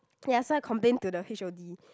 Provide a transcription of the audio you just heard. ya so I complain to the H_O_D